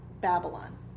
Babylon